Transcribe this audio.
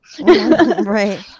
Right